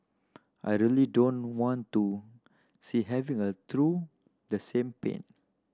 I really don't want to see having a through the same pain